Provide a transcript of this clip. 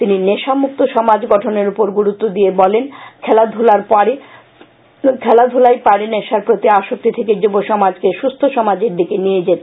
তিনি নেশামুক্ত সমাজ গঠনের উপর গুরুত্ব দিয়ে বলেন খেলাধুলাই পারে নেশার প্রতি আসক্তি থেকে যুব সমাজকে সুস্থ সমাজের দিকে নিয়ে যেতে